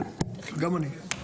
כן, גם אני.